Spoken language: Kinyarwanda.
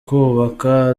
kwubaka